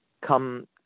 come